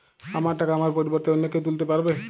আমার টাকা আমার পরিবর্তে অন্য কেউ তুলতে পারবে?